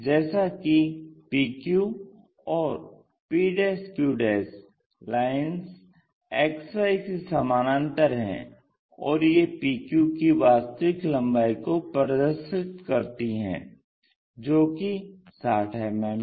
जैसा कि p q और p q लाइन्स XY के समानांतर हैं और ये PQ की वास्तविक लम्बाई को प्रदर्शित करती हैं जो कि 60 मिमी है